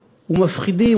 ומפחידים,